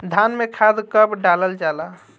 धान में खाद कब डालल जाला?